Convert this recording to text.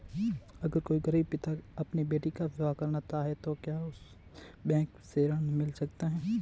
अगर कोई गरीब पिता अपनी बेटी का विवाह करना चाहे तो क्या उसे बैंक से ऋण मिल सकता है?